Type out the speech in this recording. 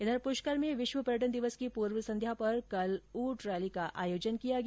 इधर प्रष्कर में विश्व पर्यटन दिवस की पूर्व संध्या पर कल ऊंट रैली का आयोजन किया गया